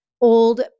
old